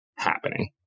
happening